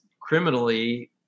criminally